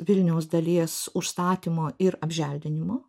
vilniaus dalies užstatymo ir apželdinimo